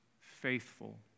faithful